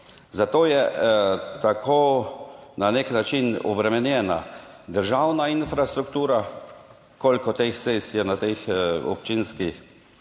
Zato je tako na nek način obremenjena državna infrastruktura koliko teh cest je na teh občinskih